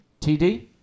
TD